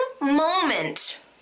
moment